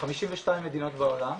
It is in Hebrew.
ב-52 מדינות בעולם.